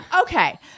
Okay